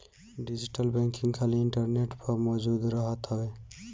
digital banking खाली internet पअ मौजूद रहत हवे